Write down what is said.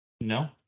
No